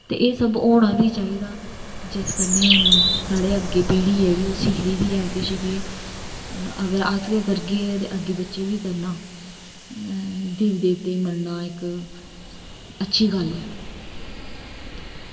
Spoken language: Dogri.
ते एह् सब होना बी चाहिदा जिस कन्नै साढ़ै अग्गै पी़ढी ऐ जेह्ड़ी ओह् सिखदी बी ऐ किश के अगर अस गै करगे ते अग्गै बच्चें बी करना देवी देवतेंई मन्नान इक अच्छी गल्ल ऐ